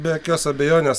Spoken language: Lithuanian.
be jokios abejonės